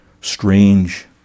Strange